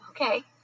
Okay